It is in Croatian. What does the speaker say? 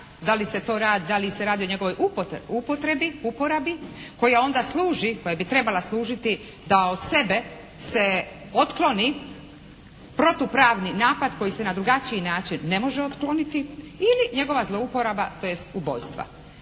da li se radi o njegovoj upotrebi, uporabi. Koje onda služi, koja bi trebala služiti da od sebe se otkloni protupravni napad koji se na drugačiji način ne može otkloniti ili njegova zluporaba tj. ubojstva.